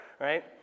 right